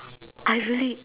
I really